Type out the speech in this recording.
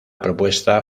propuesta